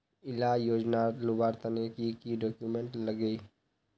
इला योजनार लुबार तने की की डॉक्यूमेंट लगे?